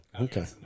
Okay